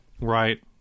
right